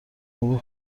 عبور